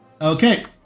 Okay